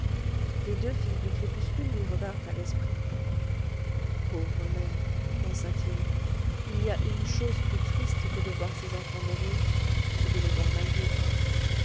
les deux filles du crépuscule lui revinrent à l'esprit pauvres mères pensa-t-il il y a une chose plus triste que de voir ses enfants mourir c'est de les voir mal vivre